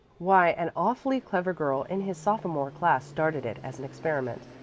why, an awfully clever girl in his sophomore class started it as an experiment,